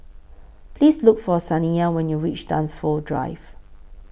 Please Look For Saniyah when YOU REACH Dunsfold Drive